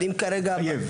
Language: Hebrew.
בכל זאת זה מיעוט,